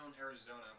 Arizona